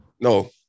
No